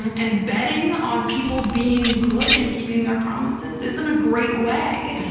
and betting on people being good and keeping their promises isn't a great way,